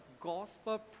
gospel